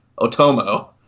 Otomo